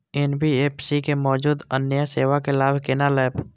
NBFC में मौजूद अन्य सेवा के लाभ केना लैब?